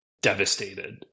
devastated